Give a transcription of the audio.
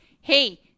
hey